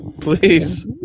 Please